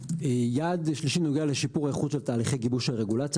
יעד שלישי נוגע לשיפור האיכות של תהליכי גיבוש הרגולציה.